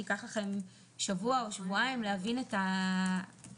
שייקח לכם שבוע או שבועיים להבין את ההיקף.